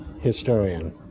historian